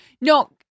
No